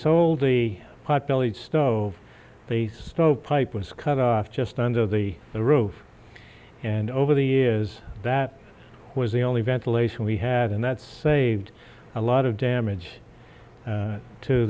sold the pot bellied stove they smoke pipe was cut off just under the the roof and over the is that was the only ventilation we had and that saved a lot of damage